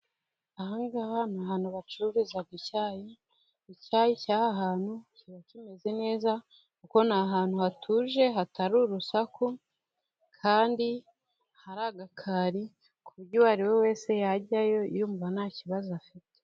Aha ngaha ni ahantu bacururiza icyayi, icyayi cy'aha hantu kiba kimeze neza kuko ni ahantu hatuje hatari urusaku, kandi hari agakari ku buryo uwo ari we wese yajyayo yumva nta kibazo afite.